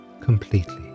completely